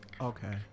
Okay